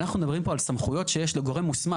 אנחנו מדברים פה על סמכויות שיש לגורם מוסמך.